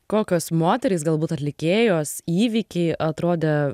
kokios moterys galbūt atlikėjos įvykiai atrodė